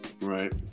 Right